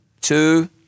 two